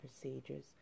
procedures